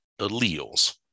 Alleles